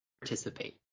participate